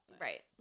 right